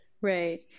Right